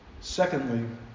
secondly